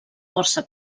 força